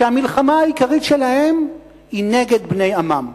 שהמלחמה העיקרית שלהם היא נגד בני עמם.